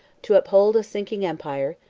to uphold a sinking empire,